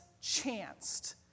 chanced